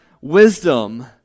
wisdom